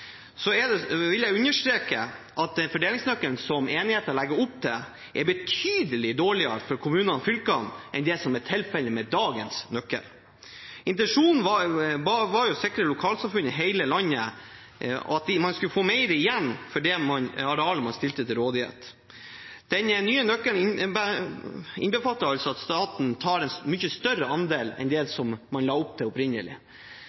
vil jeg understreke at fordelingsnøkkelen som enigheten legger opp til, er betydelig dårligere for kommunene og fylkene enn det som er tilfellet med dagens nøkkel. Intensjonen var å sikre lokalsamfunn i hele landet at man skulle få mer igjen for det arealet man stilte til rådighet. Den nye nøkkelen innbefatter altså at staten tar en mye større andel enn man la opp til opprinnelig.